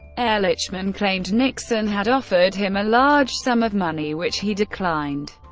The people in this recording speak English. ehrlichman claimed nixon had offered him a large sum of money, which he declined.